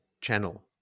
channel